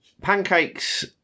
Pancakes